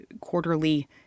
quarterly